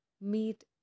meet